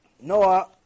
Noah